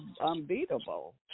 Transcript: unbeatable